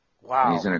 Wow